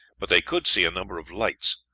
but they could see a number of lights,